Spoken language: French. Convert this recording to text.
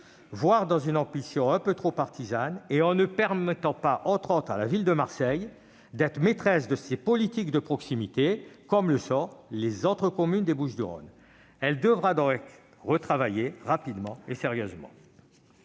voire avec une ambition trop partisane. Il ne permet notamment pas à la ville de Marseille d'être maîtresse de ses politiques de proximité, comme le sont les autres communes des Bouches-du-Rhône. Cette disposition devra donc être retravaillée rapidement et sérieusement.